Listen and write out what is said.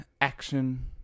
action